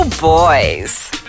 boys